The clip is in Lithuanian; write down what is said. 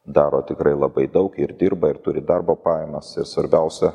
daro tikrai labai daug ir dirba ir turi darbo pajamas ir svarbiausia